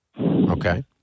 Okay